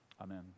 Amen